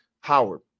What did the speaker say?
Howard